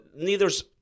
neither's